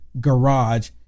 garage